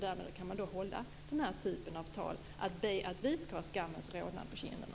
Därmed kan ni hålla den här typen av tal och be oss stå med skammens rodnad på kinderna.